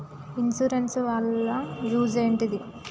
Insurance వాళ్ల use ఏంటిది?